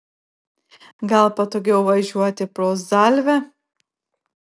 gal patogiau važiuoti pro zalvę